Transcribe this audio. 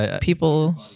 people